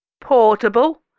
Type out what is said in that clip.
portable